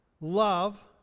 love